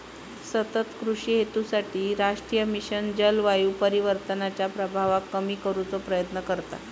सतत कृषि हेतूसाठी राष्ट्रीय मिशन जलवायू परिवर्तनाच्या प्रभावाक कमी करुचो प्रयत्न करता